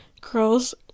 girls